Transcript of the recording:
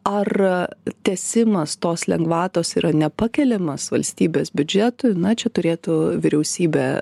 ar tęsimas tos lengvatos yra nepakeliamas valstybės biudžetui na čia turėtų vyriausybė